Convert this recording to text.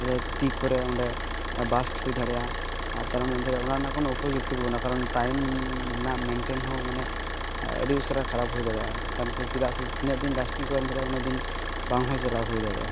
ᱨᱮ ᱛᱤ ᱠᱚᱨᱮ ᱚᱸᱰᱮ ᱵᱟᱥ ᱦᱩᱭ ᱫᱟᱲᱮᱭᱟᱜᱼᱟ ᱟᱨ ᱛᱟᱨ ᱢᱚᱫᱽᱫᱷᱮᱨᱮ ᱚᱱᱟ ᱨᱮᱱᱟᱜ ᱠᱳᱱᱳ ᱩᱯᱚᱡᱩᱠᱛᱚᱜᱮ ᱵᱟᱹᱱᱩᱜᱼᱟ ᱠᱟᱨᱚᱱ ᱴᱟᱭᱤᱢ ᱨᱮᱱᱟᱜ ᱢᱮᱱᱴᱮᱱᱦᱚᱸ ᱢᱟᱱᱮ ᱟᱹᱰᱤ ᱩᱥᱟᱹᱨᱟ ᱠᱷᱟᱨᱟᱯ ᱦᱩᱭ ᱫᱟᱲᱮᱭᱟᱜᱼᱟ ᱠᱟᱨᱚᱱ ᱥᱮ ᱪᱮᱫᱟᱜ ᱥᱮ ᱛᱤᱱᱟᱹᱜ ᱫᱤᱱ ᱞᱟᱥᱴᱤᱝᱠᱚ ᱮᱢ ᱟᱠᱟᱫᱟ ᱩᱱᱟᱹᱜᱫᱤᱱ ᱵᱟᱝᱦᱚᱸ ᱪᱟᱞᱟᱣ ᱦᱩᱭ ᱫᱟᱲᱮᱭᱟᱜᱼᱟ